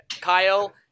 Kyle